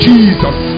Jesus